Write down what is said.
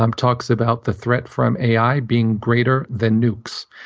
um talks about the threat from ai being greater than nucs.